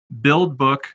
BuildBook